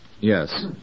Yes